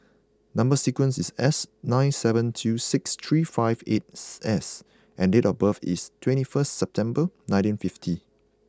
number sequence is S nine seven two six three five eighth S and date of birth is twenty first September nineteen fifty